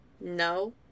No